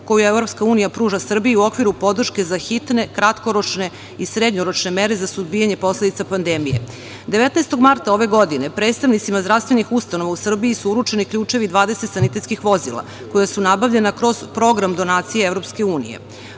koje EU pruža Srbiji u okviru podrške za hitne, kratkoročne i srednjoročne mere za suzbijanje posledica pandemije. Ove godine, 19. marta, predstavnicima zdravstvenih ustanova u Srbiji su uručeni ključevi 20 sanitetskih vozila, koja su nabavljena kroz program donacije EU.